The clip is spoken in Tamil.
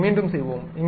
அதை மீண்டும் செய்வோம்